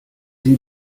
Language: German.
sie